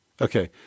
okay